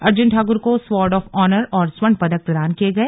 अर्जुन ठाकुर को sword of honour और स्वर्ण पदक प्रदान किये गए